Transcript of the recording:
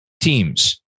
teams